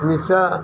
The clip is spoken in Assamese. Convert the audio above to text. মিছা